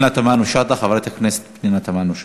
חברת הכנסת פנינה תמנו-שטה.